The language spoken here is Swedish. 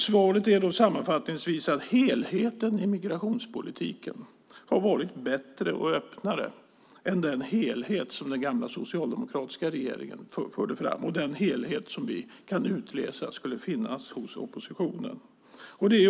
Svaret är sammanfattningsvis att helheten i migrationspolitiken har varit bättre och öppnare än den helhet som den gamla, socialdemokratiska regeringen förde fram och den helhet som vi kan utläsa skulle finnas hos oppositionen.